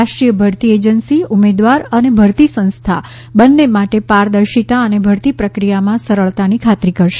રાષ્ટ્રીય ભરતી એજન્સી ઉમેદવાર અને ભરતી સંસ્થા બંને માટે પારદર્શિતા અને ભરતી પ્રક્રિયામાં સરળતાની ખાતરી કરશે